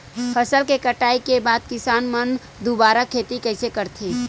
फसल के कटाई के बाद किसान मन दुबारा खेती कइसे करथे?